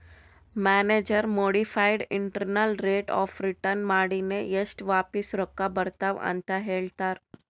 manager modified internal rate of return ಮಾಡಿನೆ ಎಸ್ಟ್ ವಾಪಿಸ್ ರೊಕ್ಕಾ ಬರ್ತಾವ್ ಅಂತ್ ಹೇಳ್ತಾರ್